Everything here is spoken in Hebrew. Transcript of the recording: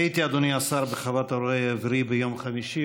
הייתי, אדוני השר, בחוות הרועה העברי ביום חמישי.